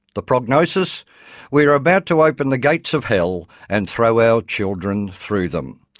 the prognosis we are about to open the gates of hell and throw our children through them.